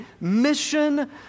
mission